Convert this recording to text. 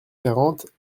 quarante